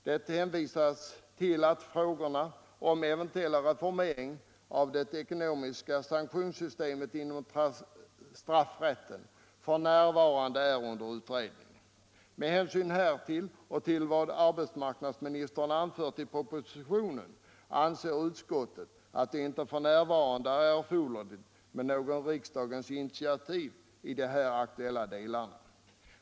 Det har hänvisats till att frågorna om eventuell reformering av det ekonomiska sanktionssystemet inom straffrätten f. n. är under utredning. Med hänsyn härtill och till vad arbetsmarknadsministern anfört i propositionen anser utskottet att det inte f.n. är erforderligt med något riksdagens initiativ i de här aktuella delarna.